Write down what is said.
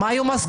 מה היו המסקנות?